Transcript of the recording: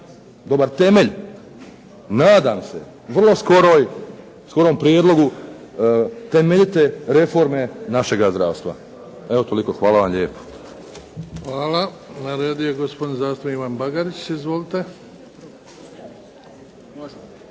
dobar temelj. Nadam se vrlo skorom prijedlogu temeljite reforme našega zdravstva. Evo toliko, hvala vam lijepo. **Bebić, Luka (HDZ)** Hvala. Na redu je gospodin zastupnik Ivan Bagarić. Izvolite.